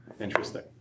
Interesting